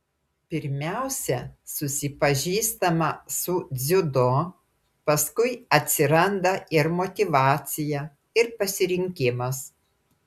pirmiausia susipažįstama su dziudo paskui atsiranda ir motyvacija ir pasirinkimas